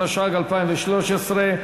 התשע"ג 2013,